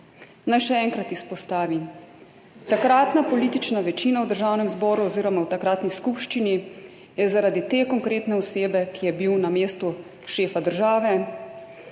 Naj še enkratizpostavim, takratna politična večina v državnem zboru oziroma v takratni skupščini je zaradi te konkretne osebe, ki je bil na mestu šefa države,